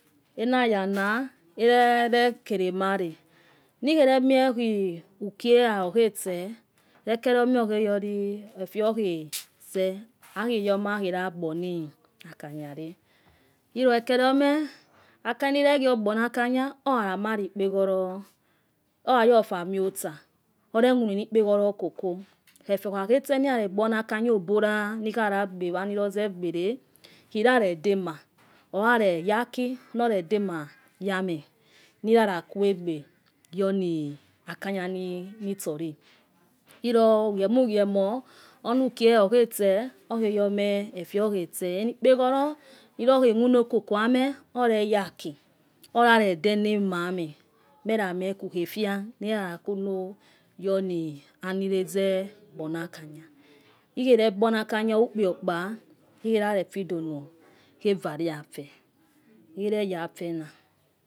Anayana. arekelemare, nikheremie. uki ehia olche tso. ekelome. okheyo efe okhe tse. akhoyomai yagba. qkanyaro. elo. ekeliome efe. niyoregiogbona. akanya, oyoriikpeholor ame. oremuani ekpeholor koko efe okhakhe tse nigare. gbona. akanya obola noyaya gbe anoloze gbe te. iyaredema ogare yaki. noro demayame niyaga kua egbe ya. akanyq nitso lo. ilo ugiemo. ugiemo. unu uki okhotse. okhagomo efo okhe tse eno ekpeholor nilokhe mono koko yamo. oreya aki oyari denamayame. meyamieku. kho efia niya yakuno yono enilaze gbona. aknya, nikhe regbona, akanya ukpho okpa. likhoyare fhodonouara afena.